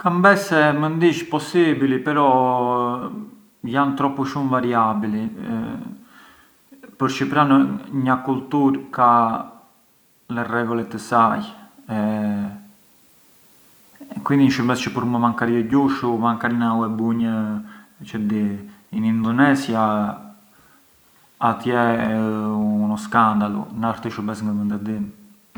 Kam besë se mënd ish possibili, però jan troppu shumë variabili përçë pran nja kultur ka le regole të saja, quindi një shurbes çë për mua ë gjushtu makari na u e bunj çë di, in Indonesia, atje ë uno scandalo na këtë shurbes ngë mënd e dim.